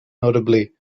notably